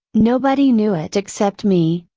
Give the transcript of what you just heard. nobody knew it except me,